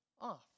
off